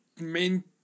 main